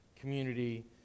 community